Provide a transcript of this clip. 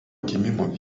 gimimo